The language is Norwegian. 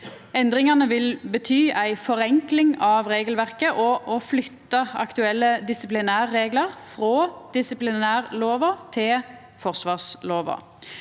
Endringane vil bety ei forenkling av regelverket og å flytta aktuelle disiplinærreglar og disiplinærlovar til forsvarsloven.